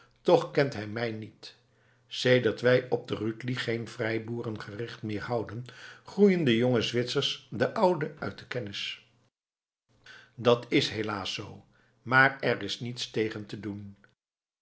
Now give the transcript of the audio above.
toch kent hij mij niet sedert wij op de rütli geen vrijboeren gericht meer houden groeien de jonge zwitsers de oude uit de kennis dat is helaas zoo maar er is niets tegen te doen